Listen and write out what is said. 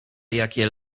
jakie